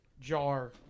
jar